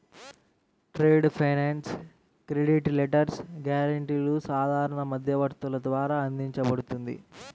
trade finance credit letters, గ్యారెంటీలు సాధారణ మధ్యవర్తుల ద్వారా అందించబడుతుంది